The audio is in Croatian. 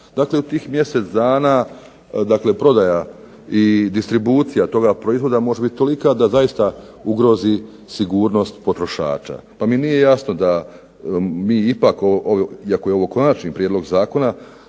Dakle u tih mjesec dana prodaja i distribucija toga proizvoda može biti tolika da zaista ugrozi sigurnost potrošača. Pa mi nije jasno iako je ovo konačni prijedlog zakona,